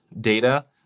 data